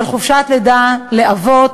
של חופשת לידה לאבות,